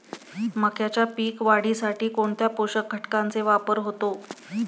मक्याच्या पीक वाढीसाठी कोणत्या पोषक घटकांचे वापर होतो?